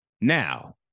Now